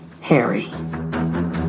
Harry